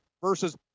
versus